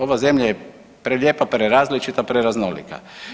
Ova zemlja je prelijepa, prerazličita, preraznolika.